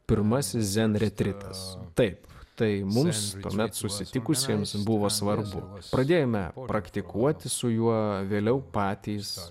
pirmasis zen retritas taip tai mums tuomet susitikusiems buvo svarbu pradėjome praktikuoti su juo vėliau patys